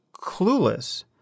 clueless